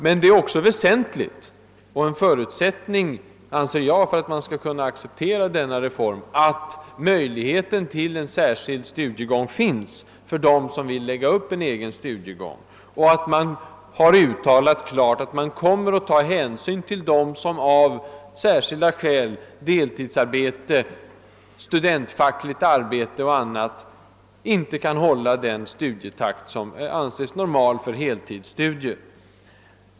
Men det är också väsentligt, och en förutsättning för att man skall kunna acceptera denna reform, att möjlighet till en särskild studiegång finns för dem som vill lägga upp en sådan och att man klart har uttalat att man kommer att ta hänsyn till dem som av särskilda skäl, deltidsarbete, studentfackligt arbete och annat, inte kan hålla den studietakt, som anses normal för heltidsstudier.